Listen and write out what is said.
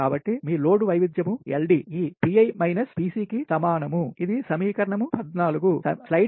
కాబట్టి మీ లోడ్ వైవిధ్యం LD ఈ Pi మైనస్ Pc కి సమానం ఇది సమీకరణం 14